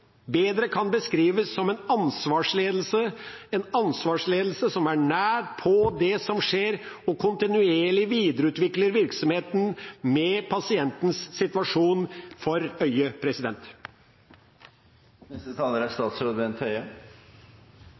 bedre kan beskrives som en ansvarsledelse, en ansvarsledelse som er nær på det som skjer, og kontinuerlig videreutvikler virksomheten med pasientens situasjon for øye. Riksrevisjonens undersøkelse av styring av pleieressursene i helseforetakene viser at det er